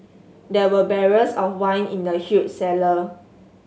there were barrels of wine in the huge cellar